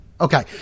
Okay